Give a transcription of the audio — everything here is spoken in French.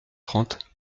trente